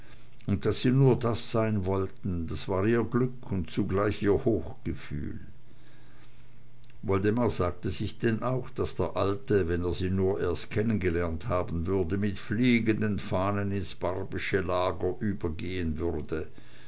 und daß sie nur das sein wollten das war ihr glück und zugleich ihr hochgefühl woldemar sagte sich denn auch daß der alte wenn er sie nur erst kennengelernt haben würde mit fliegenden fahnen ins barbysche lager übergehen würde